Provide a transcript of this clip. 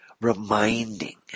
reminding